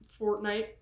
Fortnite